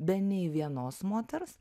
be nei vienos moters